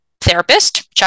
therapist